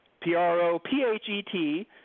P-R-O-P-H-E-T